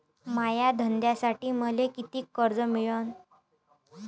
माया धंद्यासाठी मले कितीक कर्ज मिळनं?